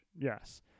Yes